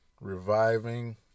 reviving